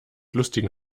lustigen